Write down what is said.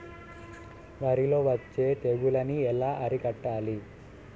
వరిలో వచ్చే తెగులని ఏలా అరికట్టాలి?